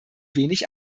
wenig